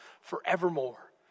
forevermore